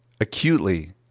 acutely